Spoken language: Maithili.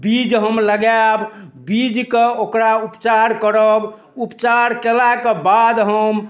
बीज हम लगायब बीजके ओकरा उपचार करब उपचार कयलाके बाद हम